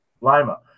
Lima